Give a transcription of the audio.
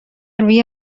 روی